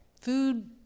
Food